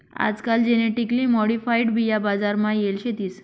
आजकाल genetically modified बिया बजार मा येल शेतीस